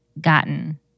gotten